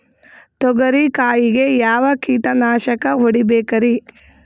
ತೊಗರಿ ಕಾಯಿಗೆ ಯಾವ ಕೀಟನಾಶಕ ಹೊಡಿಬೇಕರಿ?